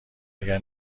اگر